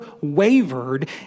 wavered